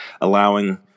allowing